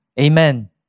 Amen